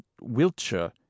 Wiltshire